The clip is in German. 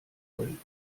wollen